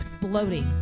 bloating